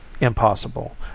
Impossible